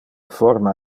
forma